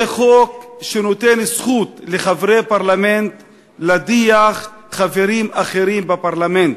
זה חוק שנותן זכות לחברי פרלמנט להדיח חברים אחרים בפרלמנט.